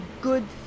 good